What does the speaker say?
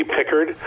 Pickard